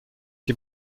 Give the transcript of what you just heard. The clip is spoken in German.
die